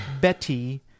Betty